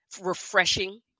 refreshing